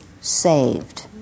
saved